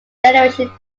generation